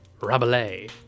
Rabelais